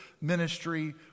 ministry